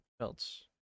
else